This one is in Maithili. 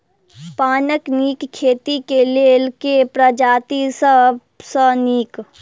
पानक नीक खेती केँ लेल केँ प्रजाति सब सऽ नीक?